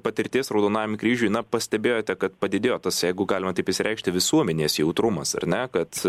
patirties raudonajam kryžiui na pastebėjote kad padidėjo tas jeigu galima taip išsireikšti visuomenės jautrumas ar ne kad